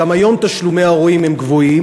גם היום תשלומי ההורים הם גדולים.